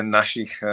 našich